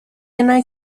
united